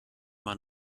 man